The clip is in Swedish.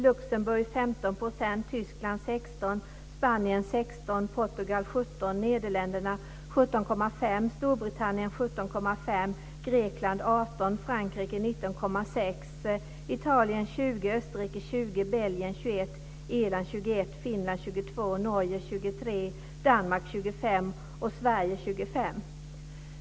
Luxemburg 15 %, Tyskland 16 %, 25 % och Sverige 25 %.